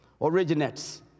originates